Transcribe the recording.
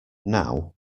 now